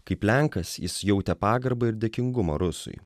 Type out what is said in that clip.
kaip lenkas jis jautė pagarbą ir dėkingumą rusui